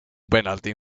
penalti